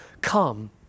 come